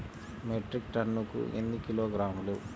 Metric టన్నుకు ఎన్ని కిలోగ్రాములు?